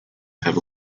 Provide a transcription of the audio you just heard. have